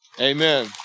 Amen